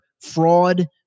fraud